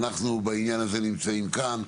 אנחנו בעניין הזה נמצאים כאן,